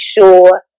sure